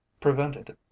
prevented